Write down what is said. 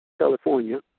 California